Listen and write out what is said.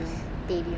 தெரியும்:theriyum